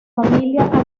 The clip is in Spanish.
familia